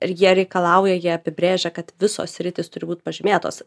ir jie reikalauja jie apibrėžia kad visos sritys turi būt pažymėtos